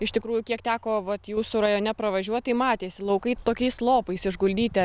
iš tikrųjų kiek teko vat jūsų rajone pravažiuot tai matėsi laukai tokiais lopais išguldyti